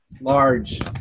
large